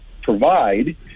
provide